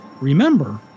Remember